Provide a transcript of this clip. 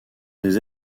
des